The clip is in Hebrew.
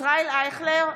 ישראל אייכלר,